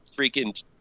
freaking